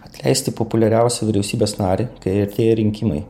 atleisti populiariausią vyriausybės narį kai artėja rinkimai